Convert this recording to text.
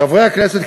חברי הכנסת,